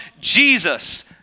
Jesus